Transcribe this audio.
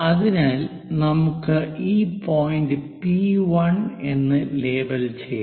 അതിനാൽ നമുക്ക് ഈ പോയിന്റ് P1 എന്ന് ലേബൽ ചെയ്യാം